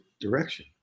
direction